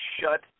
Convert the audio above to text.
shut